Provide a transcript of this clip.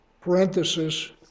parenthesis